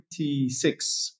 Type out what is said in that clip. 26